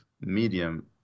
medium